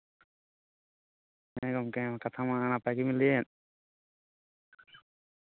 ᱦᱮᱸ ᱜᱚᱝᱠᱮ ᱠᱟᱛᱷᱟᱢᱟ ᱱᱟᱯᱟᱭ ᱜᱮᱵᱮᱱ ᱞᱟᱹᱭᱮᱫ